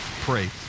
pray